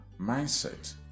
mindset